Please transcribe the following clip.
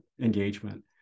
engagement